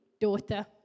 daughter